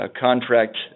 contract